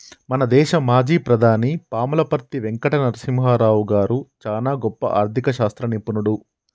మన దేశ మాజీ ప్రధాని పాములపర్తి వెంకట నరసింహారావు గారు చానా గొప్ప ఆర్ధిక శాస్త్ర నిపుణుడు